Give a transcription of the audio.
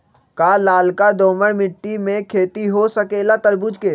का लालका दोमर मिट्टी में खेती हो सकेला तरबूज के?